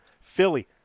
Philly